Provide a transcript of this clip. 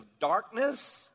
darkness